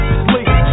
sleep